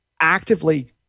actively